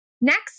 Next